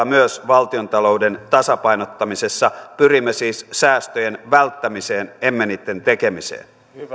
myös valtiontalouden tasapainottamisessa pyrimme siis säästöjen välttämiseen emme niitten tekemiseen